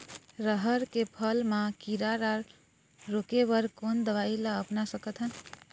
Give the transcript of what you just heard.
रहर के फर मा किरा रा रोके बर कोन दवई ला अपना सकथन?